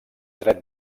dret